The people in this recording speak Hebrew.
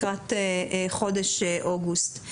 לקראת חודש אוגוסט.